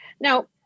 Now